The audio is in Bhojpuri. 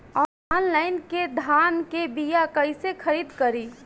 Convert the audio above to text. आनलाइन धान के बीया कइसे खरीद करी?